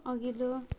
अघिल्लो